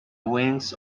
wings